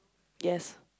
yes